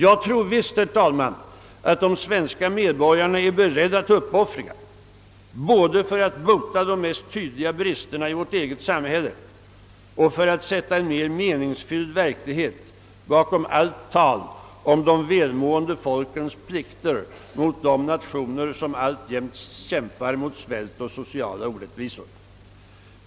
Jag tror visst, herr talman, att de svenska medborgarna är beredda till uppoffringar både för att bota de mest tydliga bristerna i vårt eget samhälle och för att sätta en mer meningsfylld verklighet bakom allt tal om de välmående folkens plikter mot de nationer, som alltjämt kämpar mot svält och sociala orättvisor.